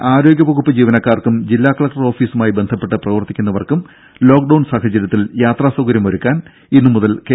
കണ്ണൂരിലെ ആരോഗ്യ വകുപ്പ് ജീവനക്കാർക്കും ജില്ലാ കലക്ടർ ഓഫീസുമായി ബന്ധപ്പെട്ട് പ്രവർത്തിക്കുന്നവർക്കും ലോക് ഡൌൺ സാഹചര്യത്തിൽ യാത്രാ സൌകര്യം ഒരുക്കുന്നതിന് ഇന്ന് മുതൽ കെ